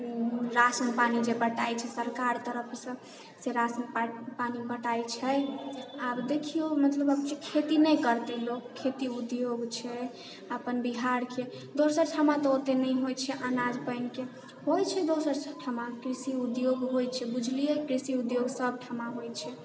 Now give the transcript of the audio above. ration पानी जे बँटाइ छै सरकार तरफसँ से राशन पानी बँटाइ छै आब देखिऔ मतलब खेती नहि करतै लोक खेती उद्योग छै अपन बिहारके दोसर ठमा तऽ ओतेक नहि होइ छै अनाज पानिके होइ छै दोसर ठमा कृषि उद्योग होइ छै बुझलिए कृषि उद्योग सब ठमा होइ छै